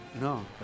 No